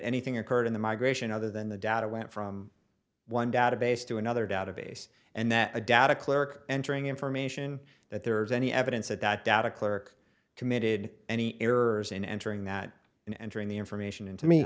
anything occurred in the migration other than the data went from one database to another database and that a data clerk entering information that there is any evidence that that data clerk committed any errors in entering that and entering the information into me